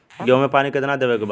गेहूँ मे पानी कितनादेवे के बा?